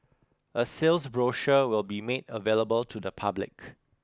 a sales brochure will be made available to the public